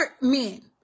men